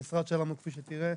המשרד שלנו כפי שתראה,